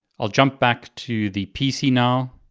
i'll jump back to the pc now.